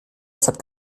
deshalb